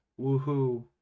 woohoo